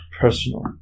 personal